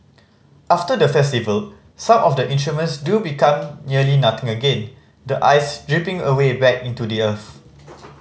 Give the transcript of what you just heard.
after the festival some of the instruments do become nearly nothing again the ice dripping away back into the earth